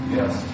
Yes